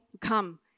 come